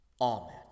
amen